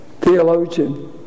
theologian